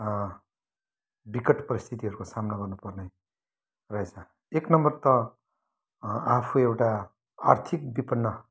बिकट परिस्थितिहरूको सामना गर्नु पर्ने रहेछ एक नम्बर त आफू एउटा आर्थिक बिपन्न